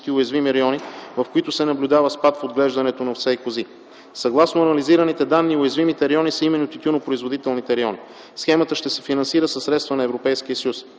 уязвими райони, в които се наблюдава спад в отглеждането на овце и кози. Съгласно анализираните данни уязвимите райони са именно тютюнопроизводителните райони. Схемата ще се финансира със средства на Европейския съюз.